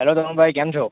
રમણભાઈ કેમ છો